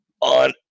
on